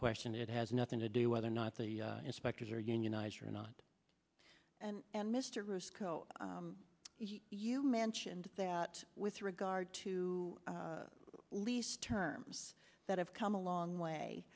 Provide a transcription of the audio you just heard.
question it has nothing to do whether or not the inspectors are unionized or not and mr rusco you mentioned that with regard to lease terms that have come a long